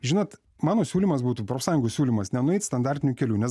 žinot mano siūlymas būtų profsąjungų siūlymas nenueit standartiniu keliu nes